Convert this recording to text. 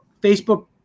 Facebook